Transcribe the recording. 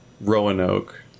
Roanoke